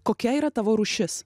kokia yra tavo rūšis